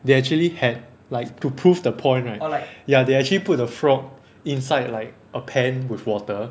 they actually had like to prove the point right ya they actually put the frog inside like a pan with water